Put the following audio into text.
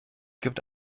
gibt